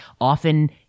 often